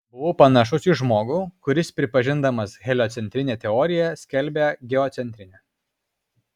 buvau panašus į žmogų kuris pripažindamas heliocentrinę teoriją skelbia geocentrinę